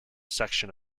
section